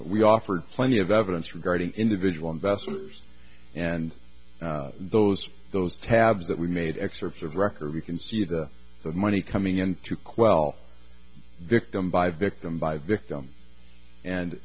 we offered plenty of evidence regarding individual investors and those those tabs that we made excerpts of record you can see the money coming in to quell victim by victim by victim and